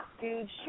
dude